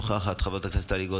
חברת הכנסת נעמה לזימי, אינה נוכחת.